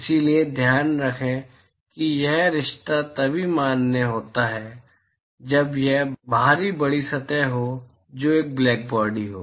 इसलिए ध्यान रखें कि यह रिश्ता तभी मान्य होता है जब यह बाहरी बड़ी सतह हो जो एक ब्लैकबॉडी हो